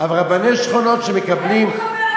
אבל רבני שכונות שמקבלים,